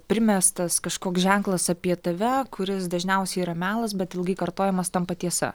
primestas kažkoks ženklas apie tave kuris dažniausiai yra melas bet ilgai kartojamas tampa tiesa